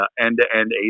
end-to-end